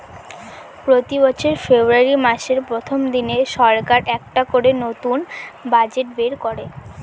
প্রতি বছর ফেব্রুয়ারী মাসের প্রথম দিনে সরকার একটা করে নতুন বাজেট বের করে